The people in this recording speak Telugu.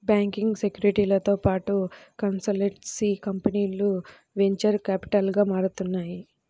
బ్యాంకింగ్, సెక్యూరిటీలతో పాటు కన్సల్టెన్సీ కంపెనీలు వెంచర్ క్యాపిటల్గా మారుతున్నాయి